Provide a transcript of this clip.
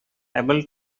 able